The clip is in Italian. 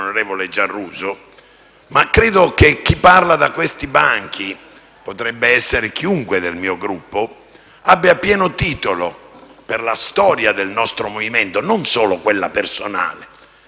ma credo che chi parla da questi banchi - potrebbe essere chiunque del mio Gruppo - abbia pieno titolo, per la storia del nostro movimento e non solo quella personale, di dire che